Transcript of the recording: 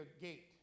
gate